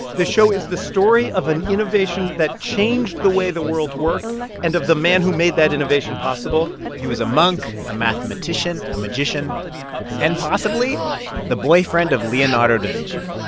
this show is the story of an innovation that changed the way the world worked and of the man who made that innovation possible he was a monk, a mathematician, a magician and possibly the boyfriend of leonardo da vinci